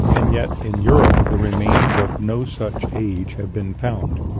and yet in europe the remains of no such age have been found.